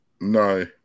No